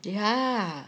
yeah